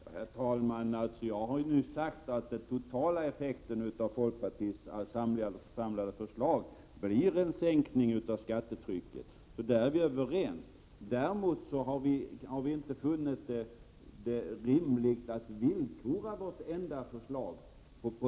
Herr talman! Jag har nyss sagt att den totala effekten av folkpartiets samlade förslag blir en sänkning av skattetrycket, så där är vi överens med centern. Däremot har vi inte funnit det rimligt att villkora vårt förslag.